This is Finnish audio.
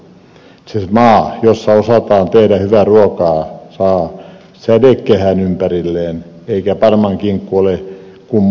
itse asiassa maa jossa osataan tehdä hyvää ruokaa saa sädekehän ympärilleen eikä parmankinkku ole kummoinen ruoka